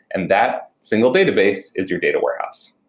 and that single database is your data warehouse.